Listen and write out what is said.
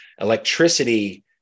electricity